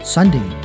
Sunday